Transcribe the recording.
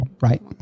Right